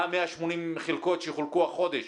מה עם 180 החלקות שיחולקו החודש